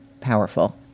powerful